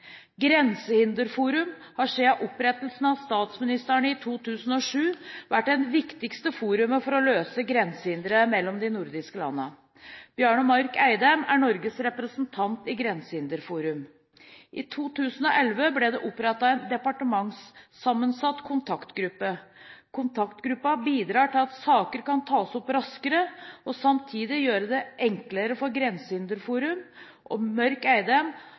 Grensehinderforum har siden opprettelsen av statsministerne i 2007 vært det viktigste forumet for å løse grensehindre mellom de nordiske landene. Bjarne Mørk-Eidem er Norges representant i Grensehinderforum. I 2011 ble det opprettet en departementsammensatt kontaktgruppe. Kontaktgruppen bidrar til at saker kan tas opp raskere, og samtidig gjøre det enklere for Grensehinderforum og